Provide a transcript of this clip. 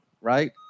right